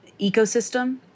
ecosystem